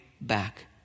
back